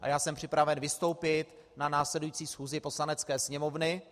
A já jsem připraven vystoupit na následující schůzi Poslanecké sněmovny.